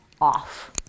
off